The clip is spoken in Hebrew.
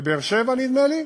בבאר-שבע נדמה לי,